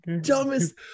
dumbest